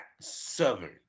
southern